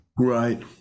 Right